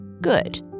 Good